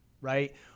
right